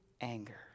anger